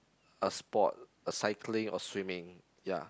a sport uh cycling or swimming